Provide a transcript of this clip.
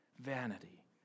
vanity